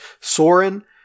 Soren